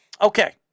Okay